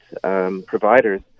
providers